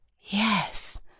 Yes